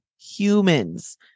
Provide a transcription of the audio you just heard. humans